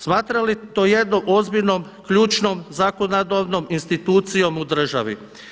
Smatra li to jednom ozbiljnom ključnom zakonodavnom institucijom u državi?